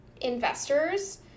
investors